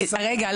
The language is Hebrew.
רגע,